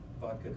vodka